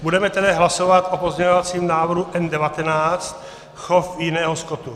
Budeme tedy hlasovat o pozměňovacím návrhu N19 chov jiného skotu.